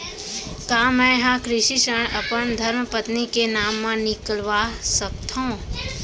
का मैं ह कृषि ऋण अपन धर्मपत्नी के नाम मा निकलवा सकथो?